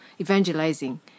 Evangelizing